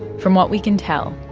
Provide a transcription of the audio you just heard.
from what we can tell,